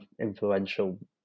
influential